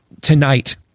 tonight